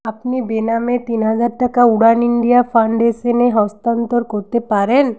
আপনি বেনামে তিন হাজার টাকা উড়ান ইন্ডিয়া ফাউন্ডেশনে হস্তান্তর করতে পারেন